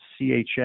CHS